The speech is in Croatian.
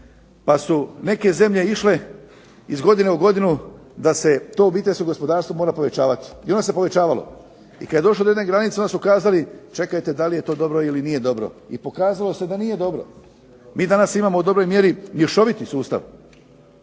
pa su neke zemlje išle iz godine u godinu da se to obiteljsko gospodarstvo mora povećavati i ono se povećavalo. I kad je došlo do jedne granice onda su kazali čekajte, da li je to dobro ili nije dobro i pokazalo se da nije dobro. Mi danas imamo u dobroj mjeri mješoviti sustav